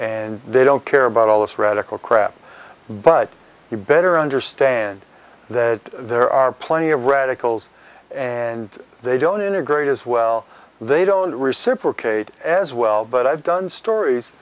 and they don't care about all this radical crap but you better understand that there are plenty of radicals and they don't integrate as well they don't reciprocate as well but i've done stories